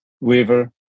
river